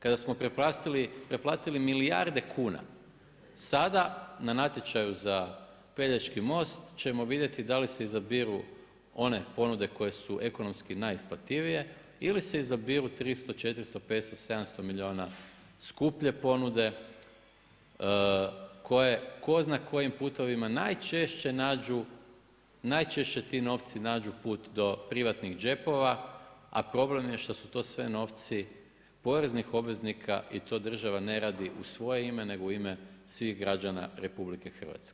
Kada smo preplatili milijarde kuna, sada, na natječaju za pelješki most ćemo vidjeti da li se izabiru one ponude koje su ekonomski najisplativije, ili se izabiru 300, 400, 500, 700 milijuna skuplje ponude, koje ko zna kojim putovima najčešće nađu, najčešće ti novci nađu put do privatnih džepova, a problem je što su to sve novci poreznih obveznika i to država ne radi u svoje ime, nego u ime svih građana RH.